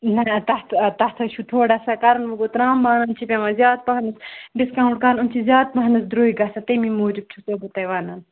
نَہ تَتھ تَتھے چھُ تھوڑا سا کَرُن وۄنۍ ترٛام بانَن چھِ پٮ۪وان زیاد پَہمَتھ ڈِسکونٛٹ کَرُن یِم چھِ زیادٕ پَہمَتھ درٛوگۍ گَژھان تَمے موٗجوٗب چھسو بہٕ تۄہہِ وَنان